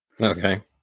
okay